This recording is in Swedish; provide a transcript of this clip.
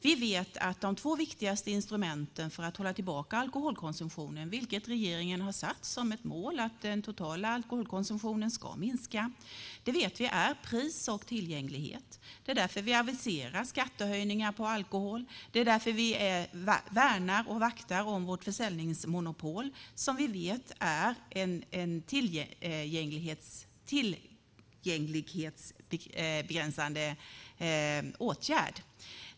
Vi vet att de två viktigaste instrumenten för att hålla tillbaka alkoholkonsumtionen, vilket regeringen har satt som ett mål - den totala alkoholkonsumtionen ska minska - är pris och tillgänglighet. Det är därför vi aviserar skattehöjningar på alkohol. Det är därför vi värnar och vaktar vårt försäljningsmonopol, som vi vet är en tillgänglighetsbegränsande åtgärd.